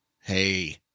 Hey